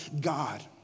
God